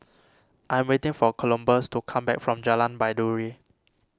I am waiting for Columbus to come back from Jalan Baiduri